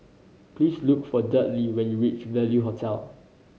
please look for Dudley when you reach Value Hotel